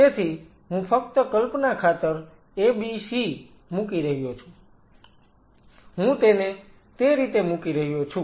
તેથી હું ફક્ત કલ્પના ખાતર a b c મૂકી રહ્યો છું હું તેને તે રીતે મૂકી રહ્યો છું